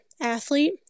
athlete